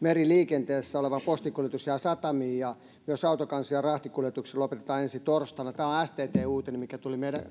meriliikenteessä oleva postinkuljetus jää satamiin ja myös autokansi ja rahtikuljetukset lopetetaan ensi torstaina tämä on sttn uutinen mikä tuli meille